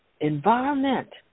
environment